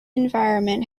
environment